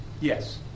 Yes